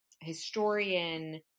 historian